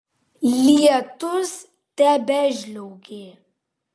lietus tebežliaugė